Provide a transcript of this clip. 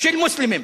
של מוסלמים.